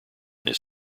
this